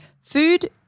food